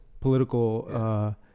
political